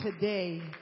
today